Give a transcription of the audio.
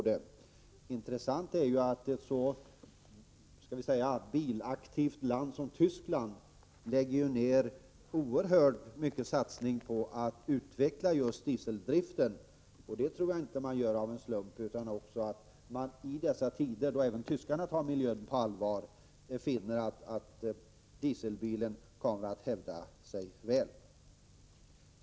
Det är intressant att ett så ”bilaktivt” land som Västtyskland lägger ned oerhörda resurser på att utveckla just dieseldriften. Detta tror jag inte att man gör av en slump. I dessa tider, då även tyskarna tar miljön på allvar, har man funnit att dieselbilen kommer att hävda sig väl.